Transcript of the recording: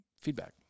feedback